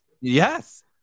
Yes